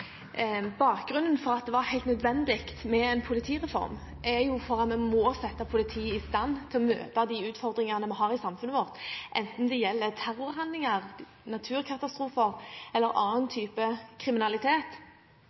Bakgrunnen for at det var helt nødvendig med en politireform, er at vi må sette politiet i stand til å møte de utfordringene vi har i samfunnet vårt, enten det gjelder terrorhandlinger, naturkatastrofer eller annen type kriminalitet.